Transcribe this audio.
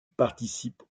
participe